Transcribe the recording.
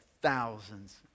thousands